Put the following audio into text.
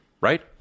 right